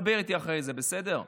דבר איתי אחרי זה, בסדר?